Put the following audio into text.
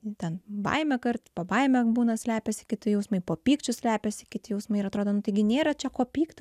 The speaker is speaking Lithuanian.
ir ten baimė kart po baime būna slepiasi kiti jausmai po pykčiu slepiasi kiti jausmai ir atrodo nu taigi nėra čia ko pykti